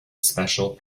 special